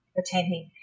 attending